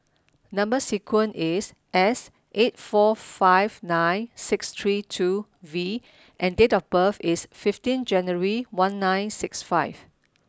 number sequence is S eight four five nine six three two V and date of birth is fifteen January one nine six five